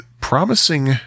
promising